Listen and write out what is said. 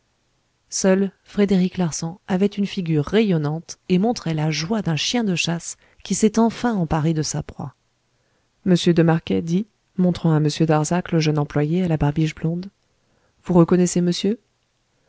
seul frédéric larsan avait une figure rayonnante et montrait la joie d'un chien de chasse qui s'est enfin emparé de sa proie m de marquet dit montrant à m darzac le jeune employé à la barbiche blonde vous reconnaissez monsieur